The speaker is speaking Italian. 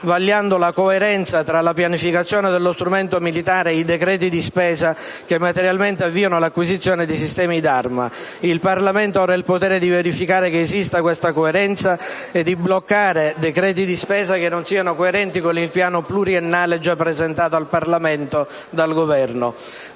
vagliando la coerenza tra la pianificazione dello strumento militare e i decreti di spesa che materialmente avviano l'acquisizione dei sistemi d'arma. Il Parlamento ha ora il potere di verificare che esista questa coerenza e di bloccare decreti di spesa che non siano coerenti con il piano pluriennale già presentato al Parlamento dal Governo.